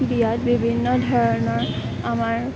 বিয়াত বিভিন্ন ধৰণৰ আমাৰ